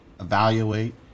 evaluate